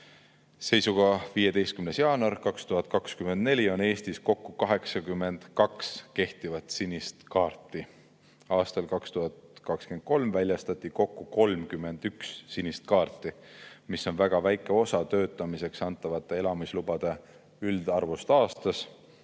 Seisuga 15. jaanuar 2024 oli Eestis kokku 82 kehtivat sinist kaarti. Aastal 2023 väljastati kokku 31 sinist kaarti, mis on väga väike osa töötamiseks antavate elamislubade üldarvust aastas.